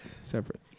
Separate